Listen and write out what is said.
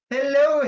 Hello